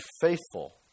faithful